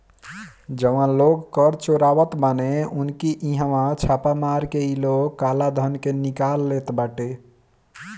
जवन लोग कर चोरावत बाने उनकी इहवा छापा मार के इ लोग काला धन के निकाल लेत बाटे